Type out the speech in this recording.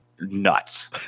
nuts